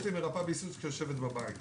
יש לי מרפאה בעיסוק שיושבת בבית עכשיו,